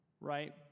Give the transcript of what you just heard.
right